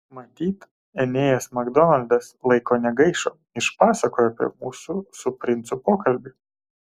matyt enėjas makdonaldas laiko negaišo išpasakojo apie mūsų su princu pokalbį